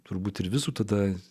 turbūt ir visų tada